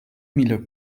mille